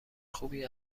خوبی